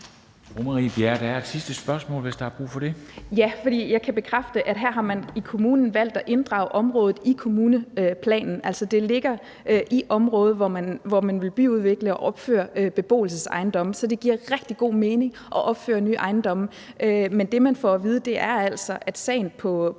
Bjerre. Kl. 13:35 Marie Bjerre (V): Ja, for jeg kan bekræfte, at her har man i kommunen valgt at inddrage området i kommuneplanen. Det ligger altså i området, hvor man vil byudvikle og opføre beboelsesejendomme, så det giver rigtig god mening at opføre nye ejendomme. Men det, man får at vide, er altså, at sagen på